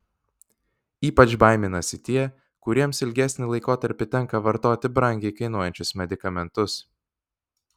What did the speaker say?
ypač baiminasi tie kuriems ilgesnį laikotarpį tenka vartoti brangiai kainuojančius medikamentus